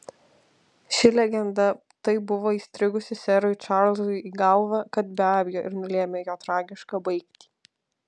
ši legenda taip buvo įstrigusi serui čarlzui į galvą kad be abejo ir nulėmė jo tragišką baigtį